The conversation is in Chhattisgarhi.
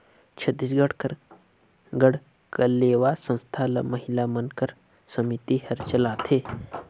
छत्तीसगढ़ कर गढ़कलेवा संस्था ल महिला मन कर समिति हर चलाथे